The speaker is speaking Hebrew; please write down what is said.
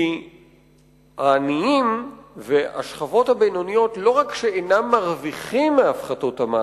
כי העניים והשכבות הבינוניות לא רק שאינם מרוויחים מהפחתות המס,